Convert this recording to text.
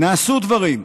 נעשו דברים.